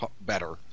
better